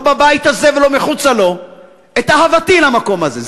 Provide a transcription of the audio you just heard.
לא בבית הזה ולא מחוצה לו, את אהבתי למקום הזה.